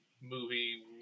movie